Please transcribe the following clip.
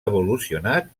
evolucionat